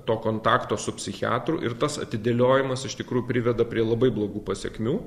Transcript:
to kontakto su psichiatru ir tas atidėliojimas iš tikrųjų priveda prie labai blogų pasekmių